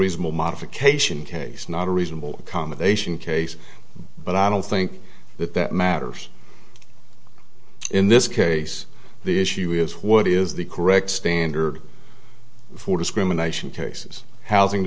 reasonable modification case not a reasonable accommodation case but i don't think that that matters in this case the issue is what is the correct standard for discrimination cases housing